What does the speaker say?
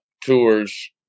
tours